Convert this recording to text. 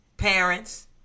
Parents